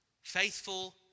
faithful